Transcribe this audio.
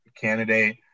candidate